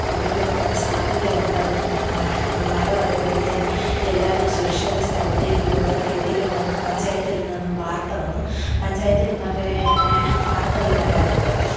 ഉരുൾ പെട്ടാൻ സാധ്യത ഉണ്ടെന്നും മഴ വരുമ്പോഴത്തേക്കും എല്ലാവരും സുരക്ഷിത സ്ഥലത്തേക്ക് കൊണ്ടു എത്തിക്കണവെന്നും പഞ്ചായത്തിൽ നിന്നും വാർത്ത വന്നു പഞ്ചായത്തിൽ നിന്നൊക്കെ ഇങ്ങനെ വാർത്തകൾ വരാറുണ്ട്